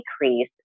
decrease